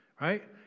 right